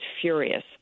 furious